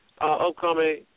upcoming